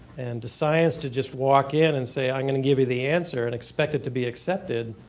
and to science to just walk in and say i'm going to give you the answer and expect it to be accepted,